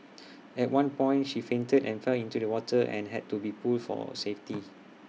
at one point she fainted and fell into the water and had to be pulled for safety